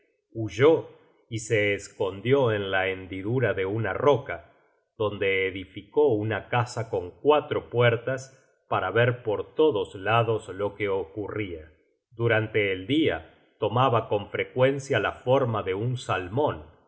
huyó y se escondió en la hendidura de una roca donde edificó una casa con cuatro puertas para ver por todos lados lo que ocurria durante el dia tomaba con frecuencia la forma de un salmon